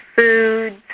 foods